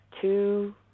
two